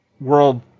world